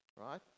right